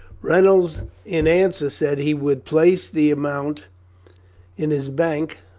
reynolds in answer said he would place the amount in his bank,